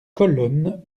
colonne